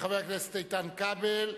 חבר הכנסת איתן כבל,